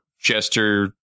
jester